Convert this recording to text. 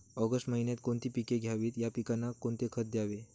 August महिन्यात कोणती पिके घ्यावीत? या पिकांना कोणते खत द्यावे?